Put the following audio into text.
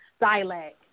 dialect